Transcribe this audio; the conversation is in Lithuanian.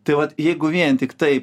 tai vat jeigu vien tiktai